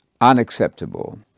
unacceptable